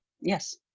yes